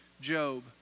Job